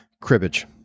Cribbage